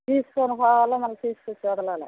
తీసుకుని పోవాలి మళ్ళీ తీసుకొచ్చి వదలాలి